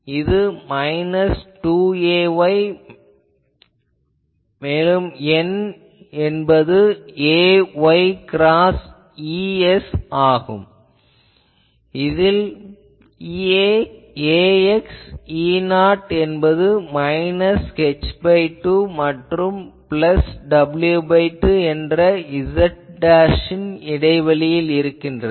இது minus 2 ay மேலும் n என்பது ay கிராஸ் Ea ஆகும் இதில் ax E0 என்பது -h2 மற்றும் w2 என்ற z ன் இடைவெளியில் உள்ளது